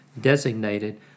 designated